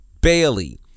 Bailey